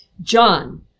john